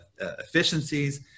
efficiencies